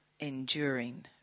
enduring